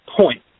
point